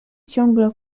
ciągle